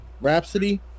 Rhapsody